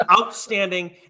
outstanding